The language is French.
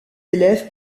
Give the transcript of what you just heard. élèves